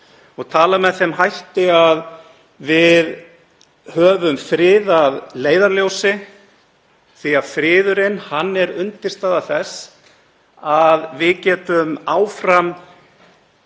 og tala með þeim hætti að við höfum frið að leiðarljósi því að friðurinn er undirstaða þess að við getum áfram